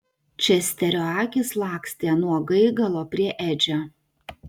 česterio akys lakstė nuo gaigalo prie edžio